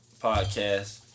podcast